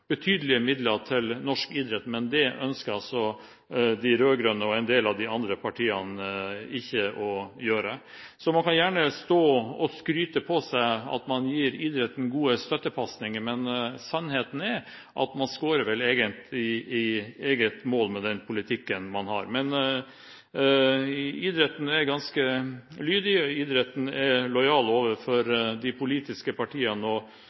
betydelige midler til norsk idrett, men det ønsker altså de rød-grønne og en del av de andre partiene ikke å gjøre. Man kan gjerne stå og skryte på seg at man gir idretten gode støttepasninger, men sannheten er vel at man egentlig scorer i eget mål med den politikken man har. Men idretten er ganske lydig, idretten er lojal overfor de politiske partiene